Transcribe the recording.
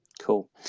cool